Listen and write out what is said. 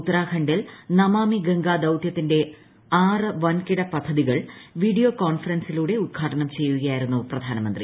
ഉത്തരാഖണ്ഡിൽ നമാമി ഗംഗാ ദൌത്യത്തിന്റെ ആറ് വൻകിട പദ്ധതികൾ വീഡിയോ കോൺഫറൻസിലൂടെ ഉദ്ഘാടനം ചെയ്യുകയായിരുന്നു പ്രധാനമന്ത്രി